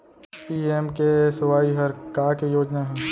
PMKSY हर का के योजना हे?